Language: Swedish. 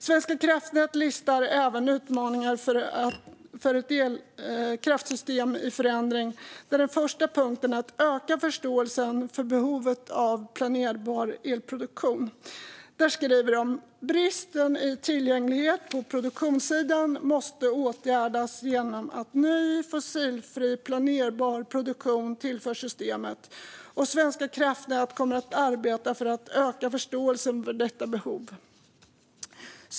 Svenska kraftnät listar även utmaningarna för ett kraftsystem i förändring där den första punkten är att öka förståelsen för behovet av planerbar elproduktion. Där skriver de: "Bristen i tillräcklighet på produktionssidan måste åtgärdas genom att ny fossilfri planerbar produktion tillförs systemet, och Svenska kraftnät kommer att arbeta för att öka förståelsen för detta behov."